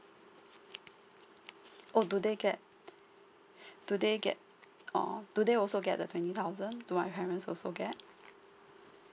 oh do they get do they get oh do they also get the twenty thousand do my parents also get